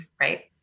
Right